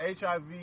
HIV